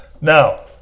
now